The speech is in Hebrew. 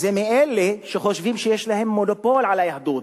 היא מאלה שחושבים שיש להם מונופול על היהדות,